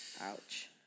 Ouch